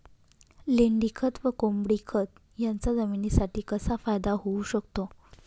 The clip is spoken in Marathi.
लेंडीखत व कोंबडीखत याचा जमिनीसाठी कसा फायदा होऊ शकतो?